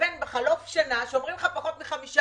לבין זה שבחלוף שנה אומרים לך שיש פחות מ-5%,